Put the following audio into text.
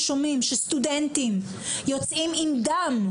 שאנחנו שומעים שסטודנטים יוצאים עם דם,